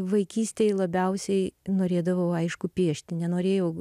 vaikystėje labiausiai norėdavau aišku piešti nenorėjau